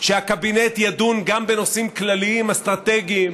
שהקבינט ידון גם בנושאים כלליים אסטרטגיים